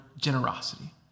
generosity